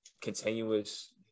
continuous